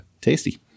Tasty